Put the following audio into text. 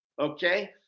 Okay